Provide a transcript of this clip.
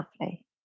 lovely